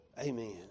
Amen